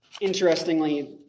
Interestingly